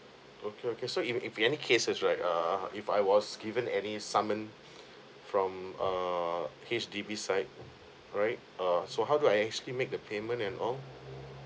okay okay if if any cases right err if I was given any summon from err H_D_B side right err so how do I actually make the payment and all